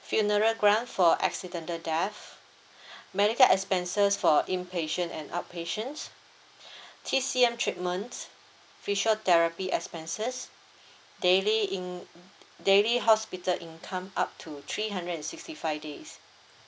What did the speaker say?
funeral grant for accidental death medical expenses for inpatient and outpatient T_C_M treatment physiotherapy expenses daily in~ daily hospital income up to three hundred and sixty five days